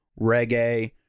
reggae